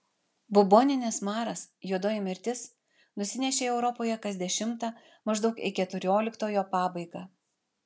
buboninis maras juodoji mirtis nusinešė europoje kas dešimtą maždaug į keturioliktojo pabaigą